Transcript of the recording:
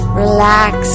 relax